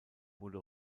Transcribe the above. wurde